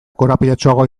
korapilatsuagoa